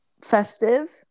festive